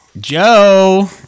Joe